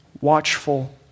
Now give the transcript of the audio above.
watchful